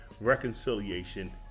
reconciliation